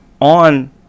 on